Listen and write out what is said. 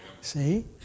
see